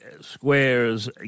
Squares